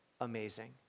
amazing